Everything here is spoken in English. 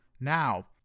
Now